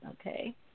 Okay